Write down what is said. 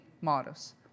models